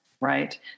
right